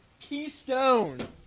Keystone